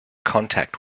contact